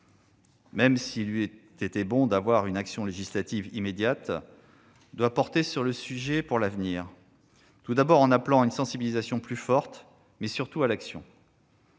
même s'il eût été bon de mener une action législative immédiate, doit porter le sujet pour l'avenir, en incitant à une sensibilisation plus forte, mais surtout à l'action.